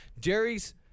Jerry's